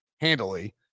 handily